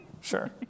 Sure